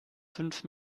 fünf